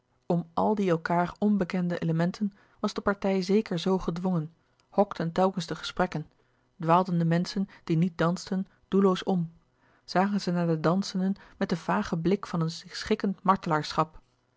om al die elkaâr onbekende elementen was de partij zeker zoo gelouis couperus de boeken der kleine zielen dwongen hokten telkens de gesprekken dwaalden de menschen die niet dansten doelloos om zagen ze naar de dansenden met den vagen blik van een